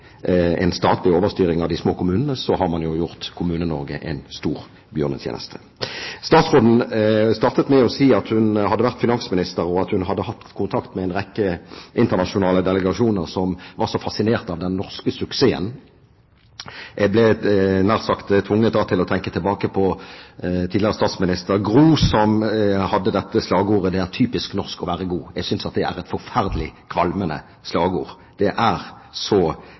overstyring av de små kommunene, har man gjort Kommune-Norge en stor bjørnetjeneste. Statsråden startet med å si at hun hadde vært finansminister og hadde hatt kontakt med en rekke internasjonale delegasjoner som var så fascinert av den norske suksessen. Jeg ble da nær sagt tvunget til å tenke tilbake på tidligere statsminister Gro Harlem Brundtland, som hadde slagordet «Det er typisk norsk å være god». Jeg synes det er et forferdelig kvalmende slagord. Det er så